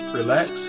relax